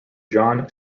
john